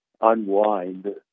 unwind